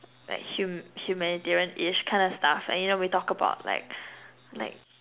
like hum~ humanitarianish kind of stuff and you know we talk about like like